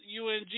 UNG